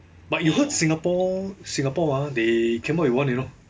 but you heard singapore singapore ah they cannot you want you know